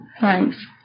Thanks